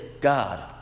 God